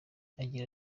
agira